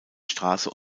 straßen